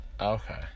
Okay